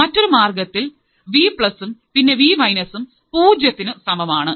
മറ്റൊരു മാർഗ്ഗത്തിൽ വി പ്ലസ്ഉം പിന്നെ വി മൈനസും പൂജ്യത്തിനു സമമാണ്